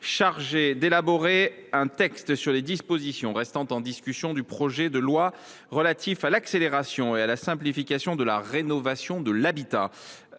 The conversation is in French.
chargée d’élaborer un texte sur les dispositions restant en discussion du projet de loi relatif à l’accélération et à la simplification de la rénovation de l’habitat